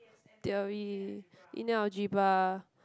theory linear algebra